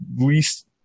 least